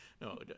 No